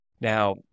Now